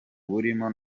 burimo